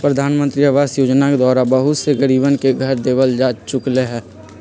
प्रधानमंत्री आवास योजना के द्वारा बहुत से गरीबन के घर देवल जा चुक लय है